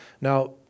Now